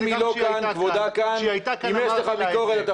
מעדיף, חבר הכנסת קרעי, אם יש לך ביקורת על